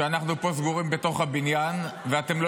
כשאנחנו פה סגורים בתוך הבניין ואתם לא